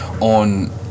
on